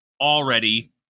already